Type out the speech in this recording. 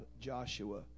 Joshua